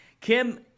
Kim